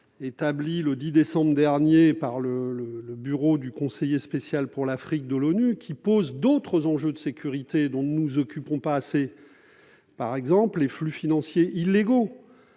établie le 10 décembre dernier par le bureau du conseiller spécial pour l'Afrique de l'ONU, laquelle pose d'autres enjeux de sécurité dont nous ne nous occupons pas assez. C'est le cas, par exemple, des flux financiers illégaux